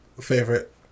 favorite